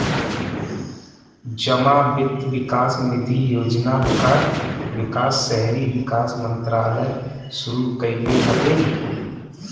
जमा वित्त विकास निधि योजना कअ विकास शहरी विकास मंत्रालय शुरू कईले हवे